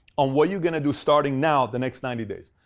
on what you're going to do starting now, the next ninety days.